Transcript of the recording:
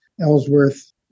Ellsworth